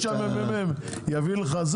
אני מקווה שעד שהממ"מ יגישו לך,